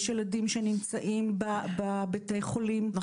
יש ילדים שנמצאים בבתי חולים ואין להם כתובת.